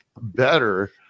better